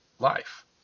life